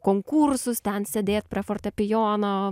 konkursus ten sėdėt prie fortepijono